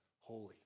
holy